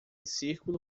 círculo